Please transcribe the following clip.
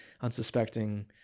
unsuspecting